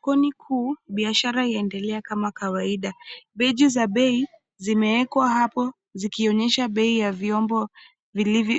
Kuni kuu, biashara yaendelea kama kawaida, beji za bei zimewekwa hapo zikioyesha bei ya vyombo